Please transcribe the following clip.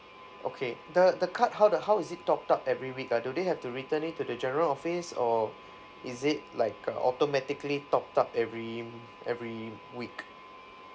okay the the card how the how is it topped up every week ah do they have to return it to the general office or is it like uh automatically topped up every every week